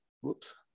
whoops